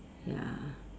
ya